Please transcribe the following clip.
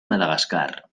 madagascar